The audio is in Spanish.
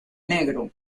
negro